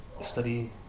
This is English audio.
study